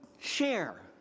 share